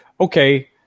okay